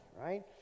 right